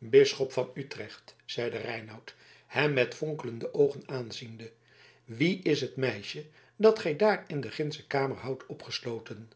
bisschop van utrecht zeide reinout hem met fonkelende oogen aanziende wie is het meisje dat gij daar in de gindsche kamer houdt opgesloten